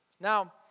Now